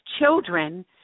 children